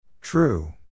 True